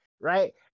Right